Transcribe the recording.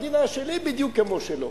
המדינה היא שלי בדיוק כמו שלו.